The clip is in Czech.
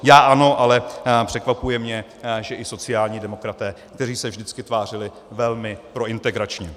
Já ano, ale překvapuje mne, že i sociální demokraté, kteří se vždycky tvářili velmi prointegračně.